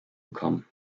bekommen